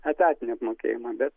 etatinį apmokėjimą bet